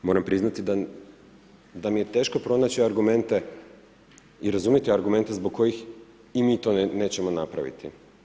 Moram priznati da mi je teško pronaći argumente i razumjeti argumente zbog kojih i mi to nećemo napraviti.